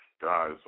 guys